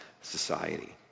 society